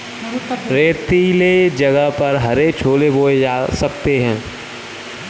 रेतीले जगह पर हरे छोले बोए जा सकते हैं